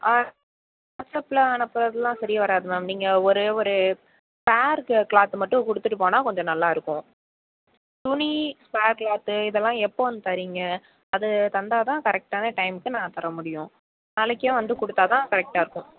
ஆ வாட்ஸ்அப்பில் அனுப்புறதெலாம் சரி வராது மேம் நீங்கள் ஒரு ஒரு பேர்க்கு கிளாத் மட்டும் கொடுத்துட்டுப் போனால் கொஞ்சம் நல்லாயிருக்கும் துணி பேர் கிளாத்து இதெல்லாம் எப்போது வந்து தரீங்க அது தந்தால்தான் கரெக்டான டைம்முக்கு நான் தர முடியும் நாளைக்கே வந்து கொடுத்தாதான் கரெக்டாக இருக்கும்